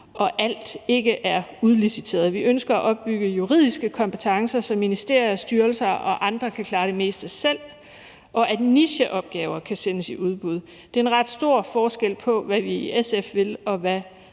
at alt ikke er udliciteret. Vi ønsker at opbygge juridiske kompetencer, så ministerier, styrelser og andre kan klare det meste selv, og at nicheopgaver kan sendes i udbud. Det er en ret stor forskel på, hvad vi i SF vil, og hvad Venstre